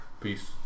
Peace